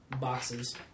boxes